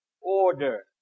order